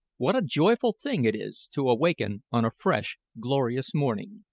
what a joyful thing it is to awaken on a fresh, glorious morning,